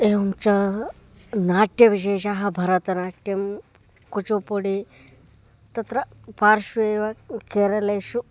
एवं च नाट्यविशेषः भरतनाट्यं कुचुपुडि तत्र पार्श्वे एव केरलेषु